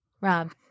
Rob